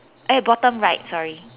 eh bottom right sorry